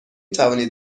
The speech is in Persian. توانید